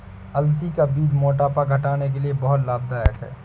अलसी का बीज मोटापा घटाने के लिए बहुत लाभदायक है